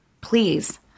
please